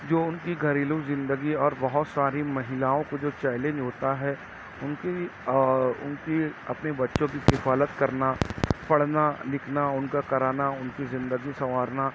جو ان کی گھریلو زندگی اور بہت ساری مہیلاؤں کو جو چیلنج ہوتا ہے ان کے آ ان کی اپنے بچوں کی کفالت کرنا پڑھنا لکھنا ان کا کرانا ان کی زندگی سنوارنا